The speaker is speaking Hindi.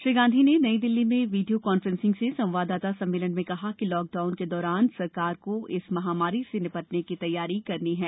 श्री गांधी ने नईदिल्ली में वीडियो कांफ्रेसिंग से संवाददाता सम्मेलन में कहा कि लॉक डाउन के दौरान सरकार को इस महामारी से निपटने की तैयारी करनी है